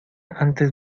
antes